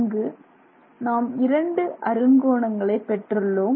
இங்கு நாம் 2 அறுங்கோணங்களைப் பெற்றுள்ளோம்